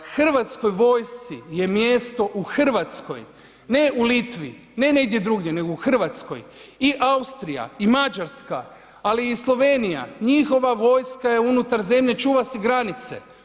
Hrvatskoj vojsci je mjesto u Hrvatskoj ne u Litvi, ne negdje drugdje nego u Hrvatskoj i Austrija i Mađarska, ali i Slovenija njihova vojska je unutar zemlje čuva si granice.